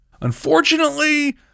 Unfortunately